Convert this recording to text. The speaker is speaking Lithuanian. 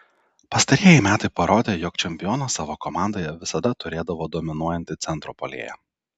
pastarieji metai parodė jog čempionas savo komandoje visada turėdavo dominuojantį centro puolėją